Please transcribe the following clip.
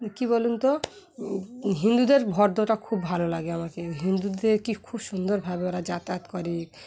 কী বলুন তো হিন্দুদের ভদ্রতা খুব ভালো লাগে আমাকে হিন্দুদের কি খুব সুন্দরভাবে ওরা যাতায়াত করে